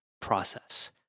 process